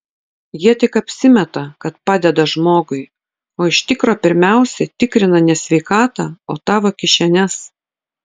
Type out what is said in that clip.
jie tik apsimeta kad padeda žmogui o iš tikro pirmiausia tikrina ne sveikatą o tavo kišenes